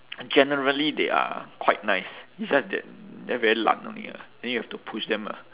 generally they are quite nice it's just that they are very 懒 only lah then you have to push them lah